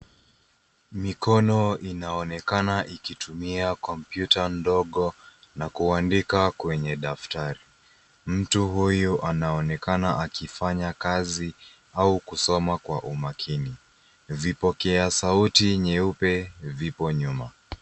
Mikono inaonekana ikitumia kompyuta ndogo na kuandika kwenye daftari. Mtu huyu anaonekana akifanya kazi au kusoma kwa umakini. Vipokea sauti nyeupe vipo nyuma.